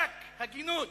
עלק הגינות,